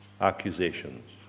accusations